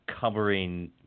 covering